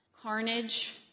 Carnage